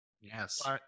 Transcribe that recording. Yes